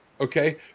okay